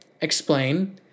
Explain